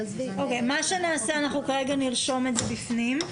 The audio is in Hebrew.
מה שנעשה, אנחנו כרגע נרשום את זה בפנים.